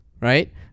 Right